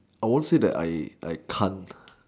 I won't say that I I cant